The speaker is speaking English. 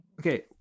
Okay